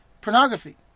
pornography